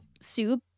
soup